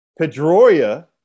Pedroia